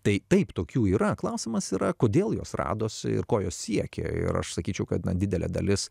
tai taip tokių yra klausimas yra kodėl jos radosi ir ko siekia ir aš sakyčiau kad na didelė dalis